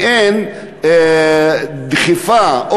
מעין דחיפה,